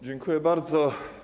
Dziękuję bardzo.